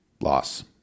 Loss